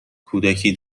کودکی